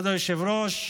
כבוד היושב-ראש,